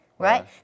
Right